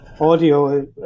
Audio